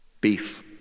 Beef